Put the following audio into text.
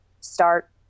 start